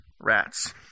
rats